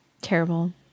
Terrible